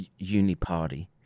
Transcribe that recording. Uniparty